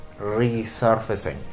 resurfacing